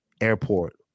airport